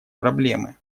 проблемы